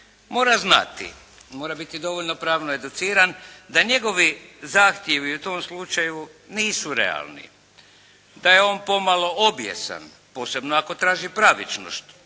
mora znati, mora biti dovoljno pravno educiran da njegovi zahtjevi u tom slučaju nisu realni. Da je on pomalo obijesan posebno ako traži pravičnost